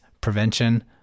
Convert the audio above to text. prevention